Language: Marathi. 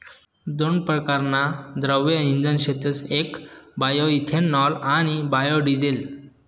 दोन परकारना द्रव्य इंधन शेतस येक बायोइथेनॉल आणि बायोडिझेल